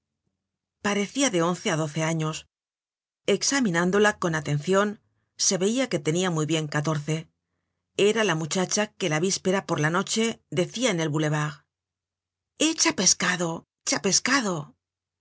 parecia de once á doce años examinándola con atencion se veia que tenia muy bien catorce era la muchacha que la víspera por la noche decia en el boulevard he chapescado chapescado